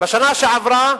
בשנה שעברה,